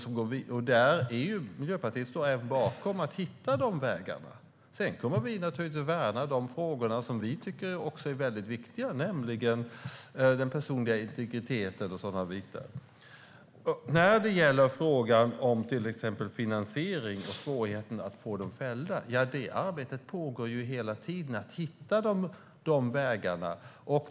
Miljöpartiet står även bakom att hitta de vägarna. Sedan kommer vi naturligtvis att värna de frågor som vi tycker är viktiga, nämligen den personliga integriteten och sådana bitar. När det gäller frågan om till exempel finansiering och svårigheten att få personer fällda pågår hela tiden arbetet med att hitta de vägarna.